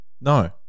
No